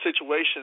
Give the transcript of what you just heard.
situation